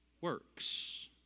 works